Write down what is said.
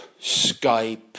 Skype